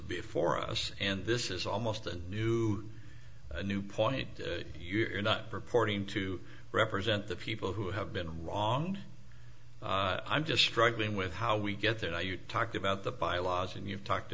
before us and this is almost a new a new point you're not purporting to represent the people who have been wronged i'm just struggling with how we get there now you talked about the bylaws and you've talked